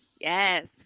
Yes